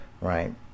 right